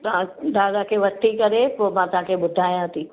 दादा खे वठी करे पोइ मां तव्हां खे ॿुधायां थी